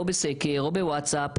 או בסקר או בווטסאפ,